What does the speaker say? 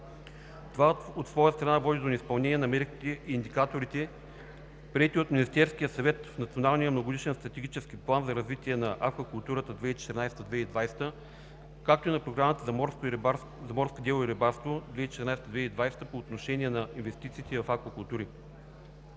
Това от своя страна води до неизпълнение на мерките и индикаторите, приети от Министерския съвет в Националния многогодишен стратегически план за развитие на аквакултурата 2014 – 2020, както и на Програмата за морско дело и рибарство 2014 – 2020 по отношение на инвестициите в аквакултури.